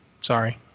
Sorry